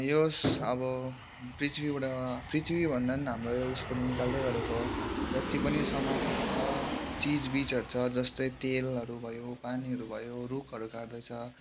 यस अब पृथ्वीबाट पृथ्वी भन्दा पनि हाम्रो यो उयसबाट निकाल्दै गरेको जत्ति पनि सामानहरू छ चिजबिजहरू छ जस्तै तेलहरू भयो पानीहरू भयो रुखहरू काट्दै छ